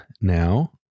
now